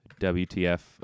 WTF